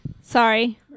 Sorry